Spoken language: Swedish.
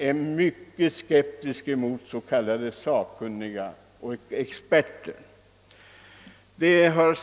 är mycket skeptisk mot så kallade sakkunniga på detta område.